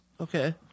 okay